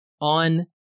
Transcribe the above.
on